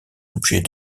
objets